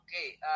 Okay